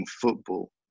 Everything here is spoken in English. football